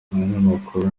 umunyamakuru